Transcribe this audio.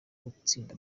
gutsinda